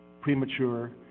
premature